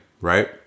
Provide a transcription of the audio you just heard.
Right